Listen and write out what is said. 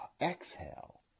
exhale